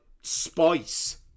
spice